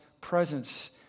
presence